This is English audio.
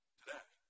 today